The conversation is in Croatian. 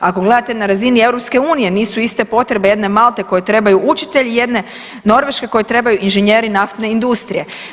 Ako gledate na razini EU nisu iste potrebe jedne Malte kojoj trebaju učitelji, jedne Norveške kojoj trebaju inženjeri naftne industrije.